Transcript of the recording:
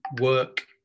work